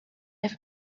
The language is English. have